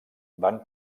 van